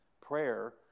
prayer